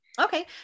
Okay